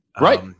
Right